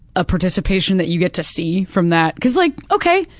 ah participation that you get to see from that. because like, okay,